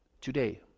Today